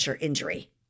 injury